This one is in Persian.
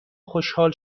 خوشحال